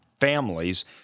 families